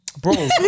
bro